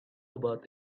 about